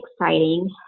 Exciting